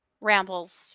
rambles